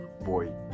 boy